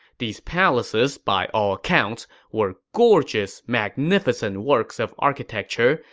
these palaces, by all accounts, were gorgeous, magnificent works of architecture,